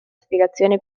spiegazione